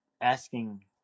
asking